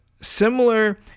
similar